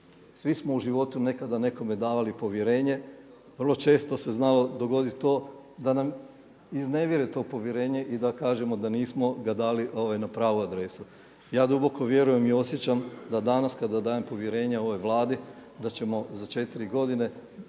Svi smo u životu nekada nekome davali povjerenje. Vrlo često se znalo dogoditi to da nam iznevjere to povjerenje i da kažemo da nismo ga dali na pravu adresu. Ja duboko vjerujem i osjećam da danas kada dajem povjerenje ovoj Vladi da ćemo za 4 godine